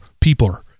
people